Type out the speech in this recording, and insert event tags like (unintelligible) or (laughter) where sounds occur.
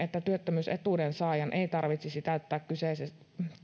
(unintelligible) että työttömyysetuuden saajan ei tarvitsisi täyttää kyseisissä